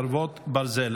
חרבות ברזל),